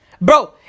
Bro